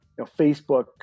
Facebook